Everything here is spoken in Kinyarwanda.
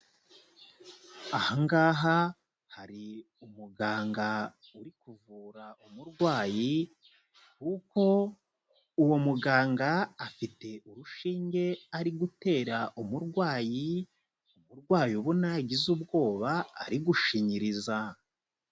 Aha ngaha hari umuganga uri kuvura umurwayi, kuko uwo muganga afite urushinge ari gutera umurwayi, umurwayi ubona yagize ubwoba ari gushinyiriza.